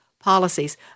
policies